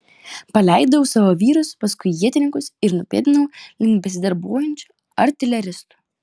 paleidau savo vyrus paskui ietininkus ir nupėdinau link besidarbuojančių artileristų